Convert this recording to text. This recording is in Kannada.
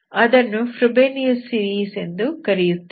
ಅದನ್ನು ಫ್ರೋಬೇನಿಯಸ್ ಸೀರೀಸ್ ಎನ್ನುತ್ತೇವೆ